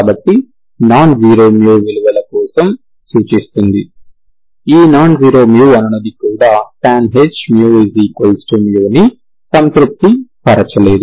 కాబట్టి non zero μ విలువల కోసం సూచిస్తుంది ఈ నాన్ జీరో μ అనునది కూడా tanh μ μ ని సంతృప్తిపరచలేదు